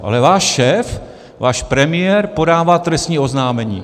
Ale váš šéf, váš premiér, podává trestní oznámení.